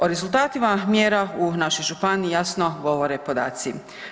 O rezultatima mjera u našoj županiji jasno govore podaci.